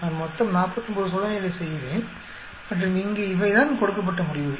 நான் மொத்தம் 49 சோதனைகளை செய்கிறேன் மற்றும் இங்கே இவைதான் கொடுக்கப்பட்ட முடிவுகள்